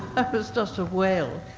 was just a wail.